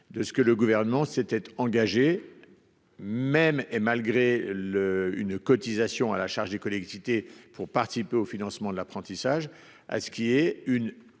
de ce que le gouvernement s'était engagé. Même et malgré le une cotisation à la charge des collectivités pour participer au financement de l'apprentissage à ce qu'il y ait une